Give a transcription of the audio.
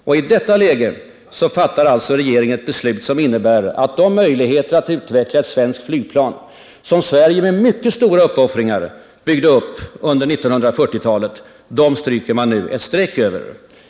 I detta läge fattar alltså regeringen ett beslut som innebär att man stryker ett streck över de möjligheter att utveckla ett svenskt flygplan som Sverige med mycket stora uppoffringar byggde upp under 1940-talet.